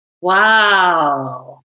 Wow